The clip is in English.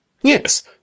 Yes